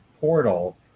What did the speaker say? portal